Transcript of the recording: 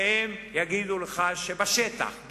והם יגידו לך שבשטח,